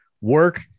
work